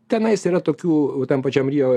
tenais yra tokių tam pačiam rio